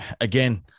again